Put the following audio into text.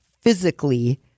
physically